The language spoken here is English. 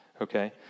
Okay